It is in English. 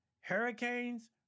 hurricanes